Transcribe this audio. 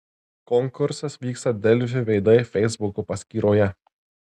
konkursas vyksta delfi veidai feisbuko paskyroje